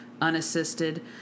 unassisted